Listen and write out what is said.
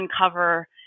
uncover